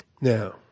Now